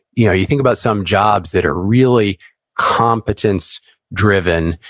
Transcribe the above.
you know you think about some jobs that are really competence driven,